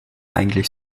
eigentlich